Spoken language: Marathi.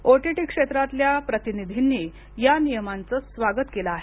ओटीटी क्षेत्रातल्या प्रतिनिधींनी या नियमांचं स्वागत केलं आहे